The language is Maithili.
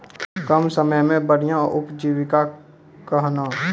कम समय मे बढ़िया उपजीविका कहना?